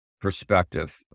perspective